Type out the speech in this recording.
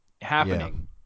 happening